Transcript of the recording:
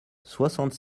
soixante